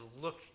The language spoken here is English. look